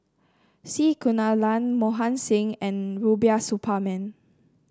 C Kunalan Mohan Singh and Rubiah Suparman